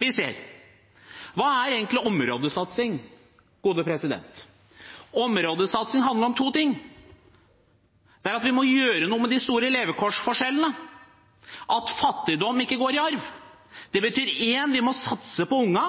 vi ser. Hva er egentlig områdesatsing? Områdesatsing handler om to ting. Det ene er at vi må gjøre noe med de store levekårsforskjellene, slik at fattigdom ikke går i arv. Det betyr igjen at vi små satse på ungene,